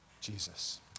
Jesus